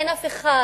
אין אף אחד,